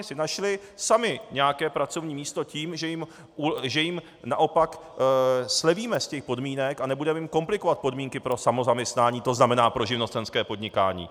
si našli sami nějaké pracovní místo tím, že jim naopak slevíme z těch podmínek a nebudeme jim komplikovat podmínky pro samozaměstnání, to znamená pro živnostenské podnikání.